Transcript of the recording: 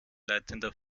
leitender